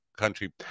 country